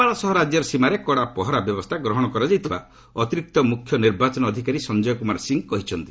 ନେପାଳ ସହ ରାଜ୍ୟର ସୀମାରେ କଡ଼ା ପହରା ବ୍ୟବସ୍ଥା ଗ୍ରହଣ କରାଯାଇଥିବା ଅତିରିକ୍ତ ମୁଖ୍ୟ ନିର୍ବାଚନ ଅଧିକାରୀ ସଂଜୟ କୁମାର ସିଂହ କହିଛନ୍ତି